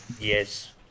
Yes